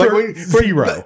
Zero